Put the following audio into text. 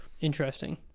Interesting